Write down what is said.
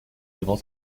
devant